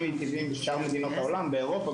מיטיבים בשאר מדינות העולם באירופה,